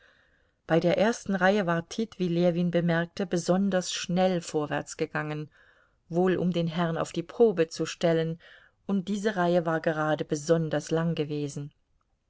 bei der ersten reihe war tit wie ljewin bemerkte besonders schnell vorwärts gegangen wohl um den herrn auf die probe zu stellen und diese reihe war gerade besonders lang gewesen